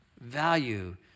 value